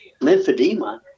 Lymphedema